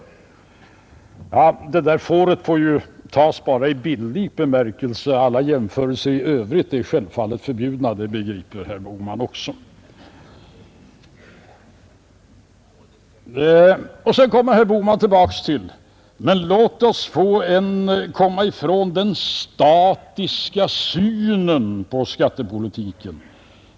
Ja, beteckningen »fåret» får naturligtvis här, som herr Bohman begriper, bara uppfattas i bildlig bemärkelse — alla jämförelser i Övrigt är självfallet förbjudna. Sedan är herr Bohman tillbaka vid sin tes att vi skall komma ifrån den statiska synen på skattepolitiken.